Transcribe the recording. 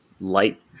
light